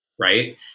Right